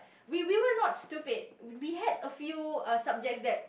we we were not stupid we had a few uh subjects that